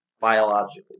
biologically